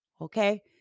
okay